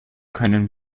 können